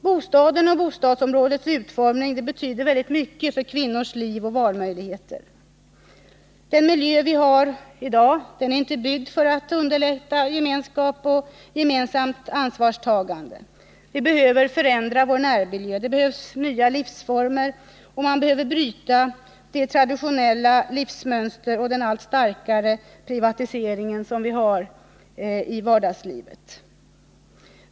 Bostaden och bostadsområdets utformning betyder väldigt mycket för kvinnors liv och valmöjligheter. Men den miljö vi har i dag är inte byggd för att underlätta gemenskap och gemensamt ansvarstagande. Vi behöver förändra vår närmiljö. Det behövs nya livsformer och man behöver bryta med det traditionella livsmönstret och den allt starkare privatiseringen av vardagslivet.